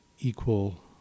equal